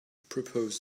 proposed